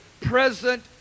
present